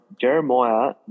Jeremiah